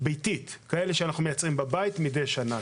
ביתית מידי שנה.